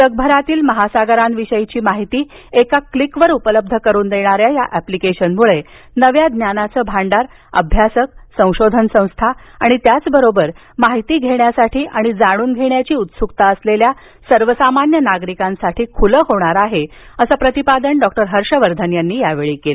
जगभरातील महासागरांविषयीची माहिती एका क्लिकवर उपलब्ध करून देणाऱ्या या एप्लिकेशनमुळे नव्या ज्ञानाचं भांडार अभ्यासक संशोधन संस्था आणि त्याचबरोबर माहिती घेण्यासाठी जाणून घेण्याची उत्सुकता असलेलेल सर्वसामान्य नागरिक यांच्यासाठी खूलं होणार आहे असं प्रतिपादन डॉक्टर हर्षवर्धन यांनी यावेळी केलं